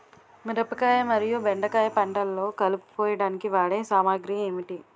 మిరపకాయ మరియు బెండకాయ పంటలో కలుపు కోయడానికి వాడే సామాగ్రి ఏమిటి?